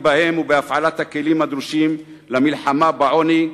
בהם ובהפעלת הכלים הדרושים למלחמה בעוני,